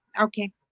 Okay